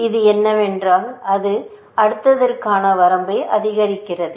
இது என்னவென்றால் அது அடுத்ததற்கான வரம்பை அதிகரிக்கிறது